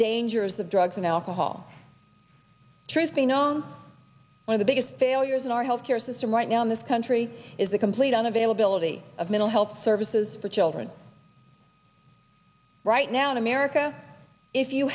dangers of drugs and alcohol truth be known one of the biggest failures in our health care system right now in this country is a complete on availability of mental health services for children right now in america if you